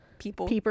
people